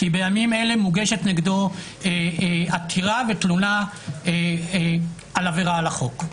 כי בימים אלה מוגשת נגדו עתירה ותלונה על עבירה על החוק.